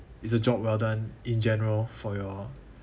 it's a job well done in general for your